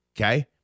okay